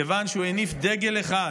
כיוון שהוא הניף דגל אחד,